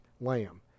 lamb